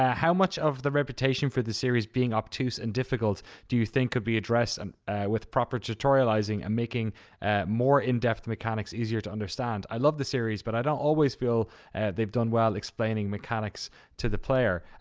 ah how much of the reputation for the series being obtuse and difficult do you think could be addressed and with proper tutorializing and making more in-depth mechanics easier to understand? i love the series, but i don't always always feel they've done well explaining mechanics to the player.